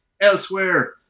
Elsewhere